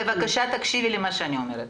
בבקשה תקשיבי למה שאני אומרת.